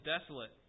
desolate